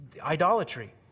idolatry